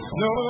no